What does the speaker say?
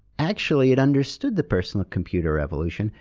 actually it understood the personal computer revolution,